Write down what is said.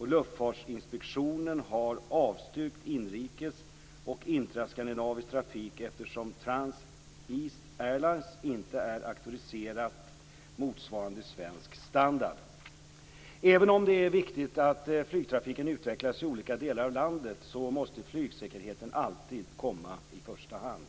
Luftfartsinspektionen har avstyrkt inrikes och intraskandinavisk trafik eftersom Transeast Airlines inte är auktoriserat motsvarande svensk standard. Även om det är viktigt att flygtrafiken utvecklas i olika delar av landet måste flygsäkerheten alltid komma i första hand.